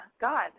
God